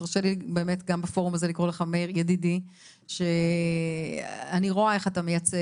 תרשה לי לקרוא לך מאיר, ידידי, גם בפורום הזה.